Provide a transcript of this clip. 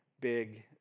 big